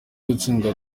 gutsindwa